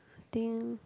I think